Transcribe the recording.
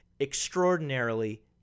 extraordinarily